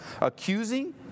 accusing